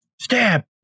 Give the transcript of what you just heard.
Stab